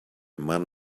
man